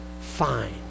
fine